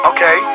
Okay